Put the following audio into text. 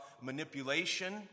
manipulation